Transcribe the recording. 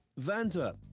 Vanta